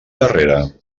darrere